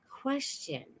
question